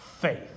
faith